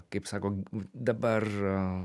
kaip sako dabar